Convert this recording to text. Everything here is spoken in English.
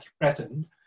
threatened